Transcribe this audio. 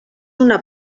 una